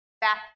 back